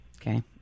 Okay